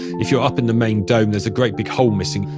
if you're up in the main dome, there's a great big hole missing.